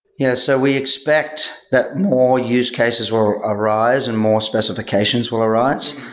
yeah. so we expect that more use cases will arise and more specifications will arise.